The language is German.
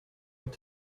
und